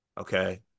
Okay